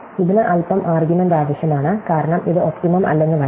ഇതിന് അൽപ്പം ആർഗ്യുമെന്റ് ആവശ്യമാണ് കാരണം ഇത് ഒപ്റ്റിമo അല്ലെന്ന് വരാം